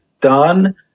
done